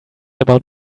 about